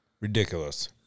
Ridiculous